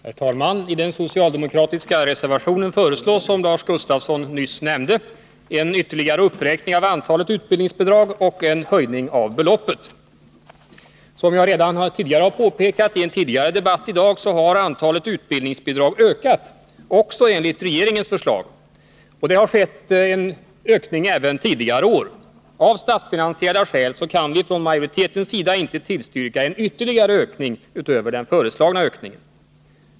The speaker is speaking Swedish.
Herr talman! I den socialdemokratiska reservationen föreslås, som Lars Gustafsson nyss nämnde, en ytterligare uppräkning av antalet utbildningsbidrag och en höjning av beloppet. Som jag i en tidigare debatt i dag har nämnt har antalet utbildningsbidrag ökat också enligt regeringens förslag. En ökning har skett även tidigare år. Avsstatsfinansiella skäl kan vi från utskottsmajoritetens sida inte tillstyrka en ytterligare ökning utöver den föreslagna.